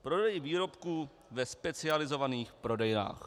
Prodej výrobků ve specializovaných prodejnách.